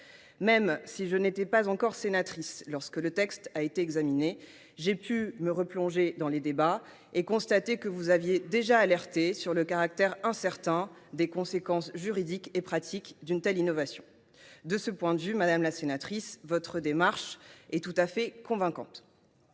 Vignal. Je n’étais pas encore sénatrice lorsque le texte a été examiné, mais je me suis replongée dans les débats et j’ai pu constater que vous aviez déjà alerté sur le caractère incertain des conséquences juridiques et pratiques d’une telle innovation. De ce point de vue, chère collègue, votre démarche est tout à fait convaincante.